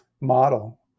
model